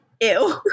Ew